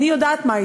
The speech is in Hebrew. אני יודעת מהי